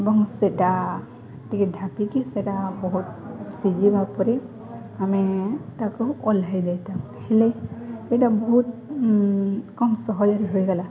ଏବଂ ସେଟା ଟିକେ ଢାଙ୍କିକି ସେଟା ବହୁତ ସିଝିବା ପରେ ଆମେ ତାକୁ ଓହ୍ଲାଇ ଦେଇଥାଉ ହେଲେ ଏଇଟା ବହୁତ କମ ସହଜରେ ହୋଇଗଲା